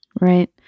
Right